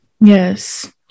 Yes